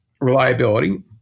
reliability